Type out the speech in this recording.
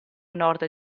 nord